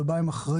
זה בא עם האחריות.